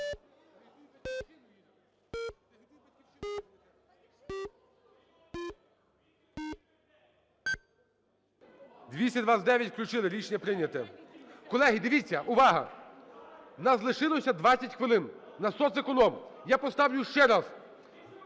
За-229 Включили. Рішення прийнято. Колеги, дивіться, увага, в нас лишилося 20 хвилин на соцеконом. Я поставлю ще раз